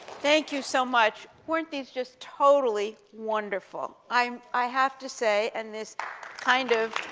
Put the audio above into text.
thank you so much. weren't these just totally wonderful? i'm i have to say, and this kind of